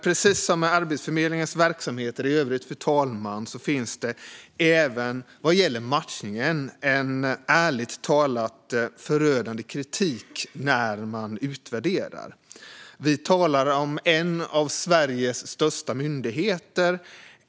Precis som för Arbetsförmedlingens verksamheter i övrigt, fru talman, finns ärligt talat en förödande kritik när man utvärderat matchningen. Vi talar här om en av Sveriges största myndigheter.